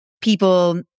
people